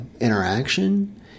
interaction